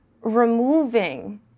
removing